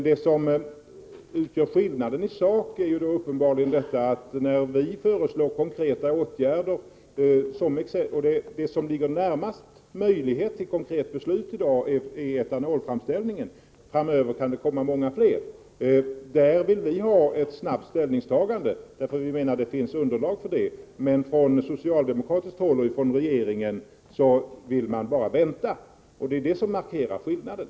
Det som utgör skillnaden i sak är uppenbarligen att vi när vi kommer med förslag till konkreta åtgärder — det som i dag ligger närmast ett konkret beslut är frågan om etanolframställningen, men framöver kan väldigt många andra saker bli aktuella — snabbt vill ha ett ställningstagande. Vi menar nämligen att det finns underlag för ett sådant i det här fallet. Men från regeringens sida och från socialdemokratiskt håll över huvud taget vill man bara vänta. Det är det som markerar skillnaden.